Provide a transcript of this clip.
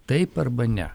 taip arba ne